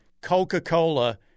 coca-cola